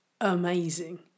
amazing